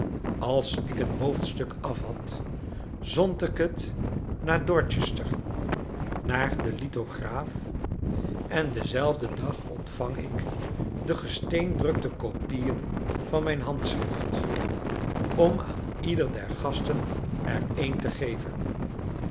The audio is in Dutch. als ik een hoofdstuk afhad zond ik het naar dorchester naar den lithograaf en denzelfden dag ontvang ik de gesteendrukte kopieën van mijn handschrift om aan ieder der gasten er een te geven